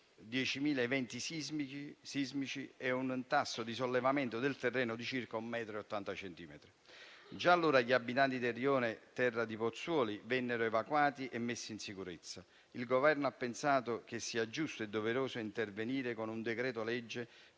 10.000 eventi sismici e un tasso di sollevamento del terreno di circa 180 centimetri. Già allora gli abitanti del rione Terra di Pozzuoli vennero evacuati e messi in sicurezza. Il Governo ha pensato che fosse giusto e doveroso intervenire con un decreto-legge,